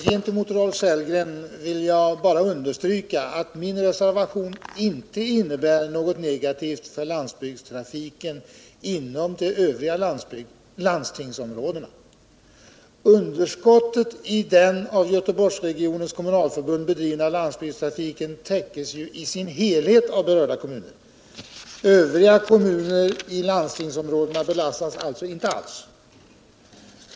Herr talman! För Rolf Sellgren vill jag understryka att min reservation inte innebär något negativt för landsbygdstrafiken inom de övriga landstingsområdena. Underskottet i den av Göteborgsregionens kommunalförbund bedrivna landsbygdstrafiken täcks ju i sin helhet av berörda kommuner. Övriga kommuner i landstingsområdena belastas alltså inte alls.